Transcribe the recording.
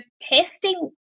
testing